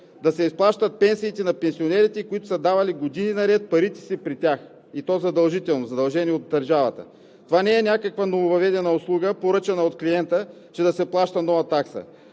да се изплащат пенсиите на пенсионерите, които години наред са давали парите си при тях, и то задължени от държавата? Това не е някаква нововъведена услуга, поръчана от клиента, че да се плаща нова такса.